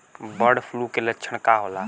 Bird flu के लक्षण का होला?